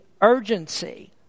urgency